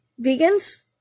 vegans